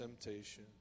temptation